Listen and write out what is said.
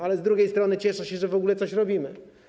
Ale z drugiej strony cieszę się, że w ogóle coś robimy.